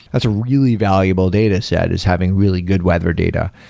that's a really valuable dataset, is having really good weather data.